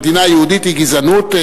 מדינה יהודית היא גזענות,